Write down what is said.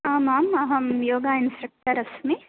आमाम् अहं योग इन्स्ट्रेक्टर् अस्मि